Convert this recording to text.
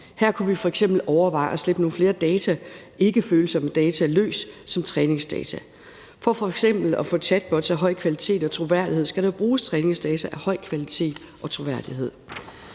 Her kunne vi f.eks. overveje at slippe nogle flere data, ikkefølsomme data, løs som træningsdata. For f.eks. at få chatbots af høj kvalitet og troværdighed skal der jo bruges træningsdata af høj kvalitet og troværdighed.